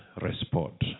Respond